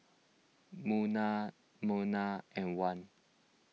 Munah Munah and Wan